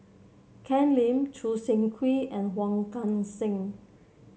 Ken Lim Choo Seng Quee and Wong Kan Seng